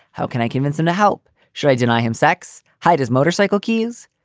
how can i convince them to help? should i deny him sex hide his motorcycle keys?